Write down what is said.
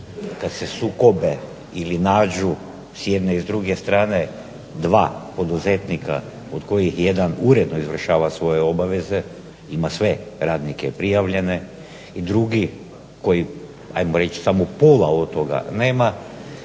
kad se sukobe ili nađu s jedne i druge strane dva poduzetnika od kojih jedan uredno izvršava svoje obaveze, ima sve radnike prijavljene, i drugi koji ajmo reći samo pola od toga nema,